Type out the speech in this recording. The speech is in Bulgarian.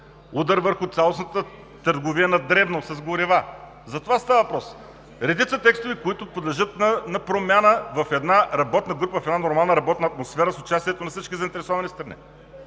Удар върху цялостната търговия на дребно с горива, за това става въпрос! Редица текстове, които подлежат на промяна в една работна група, в една нормална работна атмосфера с участието на всички заинтересовани страни